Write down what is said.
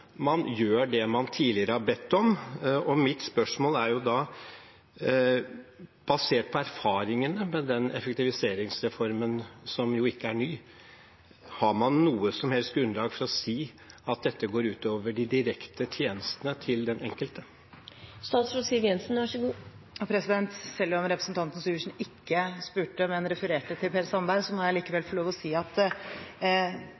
man gjør det man tidligere har bedt om. Mitt spørsmål er da: Basert på erfaringene med den effektiviseringsreformen, som jo ikke er ny, har man noe som helst grunnlag for å si at dette går ut over de direkte tjenestene til den enkelte? Selv om representanten Syversen ikke spurte, men refererte til Per Sandberg, må jeg